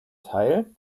teil